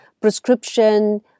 prescription